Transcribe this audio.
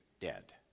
Dead